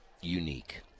unique